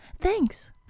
thanks